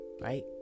right